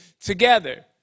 together